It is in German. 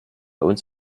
uns